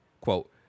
Quote